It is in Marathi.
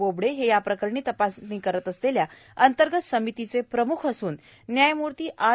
बोबडे हे याप्रकरणी तपासणी करत असलेल्या अंतर्गत समितीचे प्रमुख असून न्यायमूर्ती आर